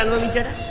and sita,